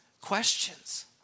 questions